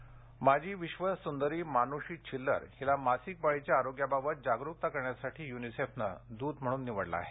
मानूषी माजी विश्व सुंदरी मानुषी छिल्लर हिला मासिक पाळीच्या आरोग्याबाबत जागरुकता करण्यासाठी युनिसेफनं दूत म्हणून निवडलं आहे